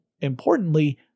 importantly